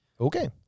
okay